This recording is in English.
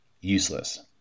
useless